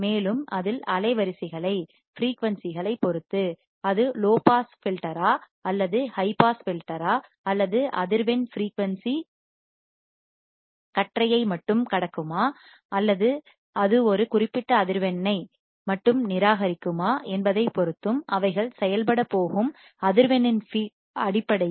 மேலும் அதில் அலைவரிசைகளை ஃபிரீயூன்சிகளை பொறுத்து அது லோ பாஸ் வடிப்பானா ஃபில்டர் ஆ அது ஹை பாஸ் வடிப்பானா ஃபில்டர் ஆ அது அதிர்வெண் ஃபிரீயூன்சி கற்றை ஐ மட்டுமே கடக்குமா அது ஒரு குறிப்பிட்ட அதிர்வெண்ணை ஃபிரீயூன்சி மட்டுமே நிராகரிக்குமா என்பதைப்பொறுத்தும் அவைகள் செயல்படப் போகும் அதிர்வெண்ணின் ஃபிரீயூன்சி அடிப்படையில்